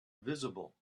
visible